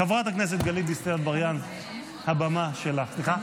חברת הכנסת גלית דיסטל אטבריאן, הבמה שלך.